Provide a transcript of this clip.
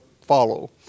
follow